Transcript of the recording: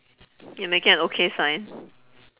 you're making an okay sign